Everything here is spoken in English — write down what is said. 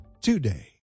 today